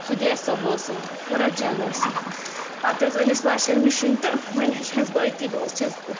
سُدیس صٲب اوسُم قعرت جان ٲسٕم پَتہٕ حظ أنۍ اَسہِ واشَل مِشیٖن تہٕ وۄنۍ حظ چھَس بہٕ أتی بہٕ حظ چھَس